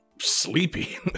sleepy